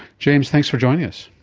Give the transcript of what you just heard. james, thanks for joining us.